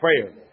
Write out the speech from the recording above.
prayer